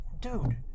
Dude